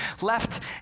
left